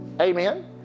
Amen